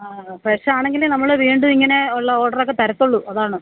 ആ ഫ്രെഷാണെങ്കിലെ നമ്മള് വീണ്ടും ഇങ്ങനെയുള്ള ഓര്ഡറൊക്കെ തരത്തുള്ളൂ അതാണ്